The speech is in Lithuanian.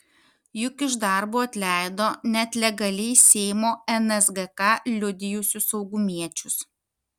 juk iš darbo atleido net legaliai seimo nsgk liudijusius saugumiečius